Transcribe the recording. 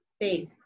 faith